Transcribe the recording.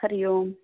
Hari Om